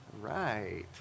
right